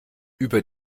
über